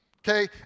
okay